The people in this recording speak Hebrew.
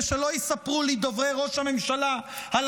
ושלא יספרו לי דוברי ראש הממשלה על